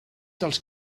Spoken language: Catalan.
dels